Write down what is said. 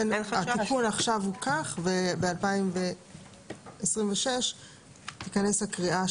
התיקון עכשיו הוא כך וב-2026 תיכנס הקריאה